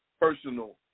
personal